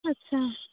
ᱟᱪᱪᱷᱟ